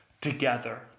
together